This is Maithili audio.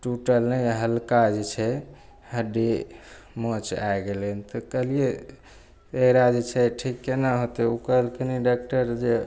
टुटल नहि हल्का जे छै हड्डी मोच आबि गेलै तऽ कहलिए एकरा जे छै ठीक कोना होतै ओ कहलखिन डाकटर जे